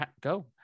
Go